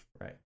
Right